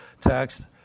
text